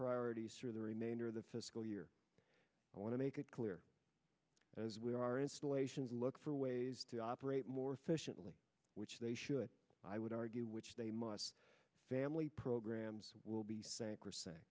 priorities for the remainder of the fiscal year i want to make it clear as we are installations look for ways to operate more efficiently which they should i would argue which they must family programs will be sa